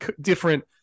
different